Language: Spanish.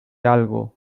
algo